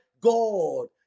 God